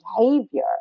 behavior